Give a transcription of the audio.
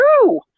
true